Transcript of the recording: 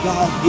God